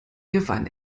gewann